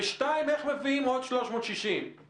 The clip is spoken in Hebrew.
ושניים, איך מביאים עוד 360 מיליון שקלים?